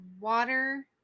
water